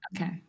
Okay